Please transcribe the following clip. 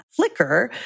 Flickr